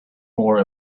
more